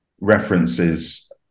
references